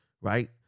right